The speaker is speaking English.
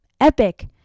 epic